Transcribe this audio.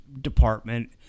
department